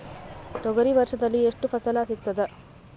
ತೊಗರಿ ವರ್ಷದಲ್ಲಿ ಎಷ್ಟು ಫಸಲ ಸಿಗತದ?